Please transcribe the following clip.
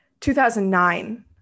2009